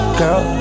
girl